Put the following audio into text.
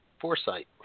foresight